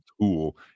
tool